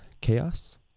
Chaos